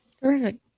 Perfect